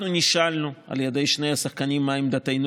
אנחנו נשאלנו על ידי שני השחקנים מה עמדתנו.